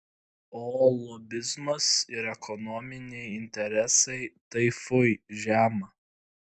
o lobizmas ir ekonominiai interesai tai fui žema